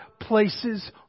places